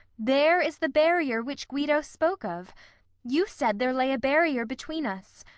there is the barrier which guido spoke of you said there lay a barrier between us,